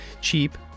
Cheap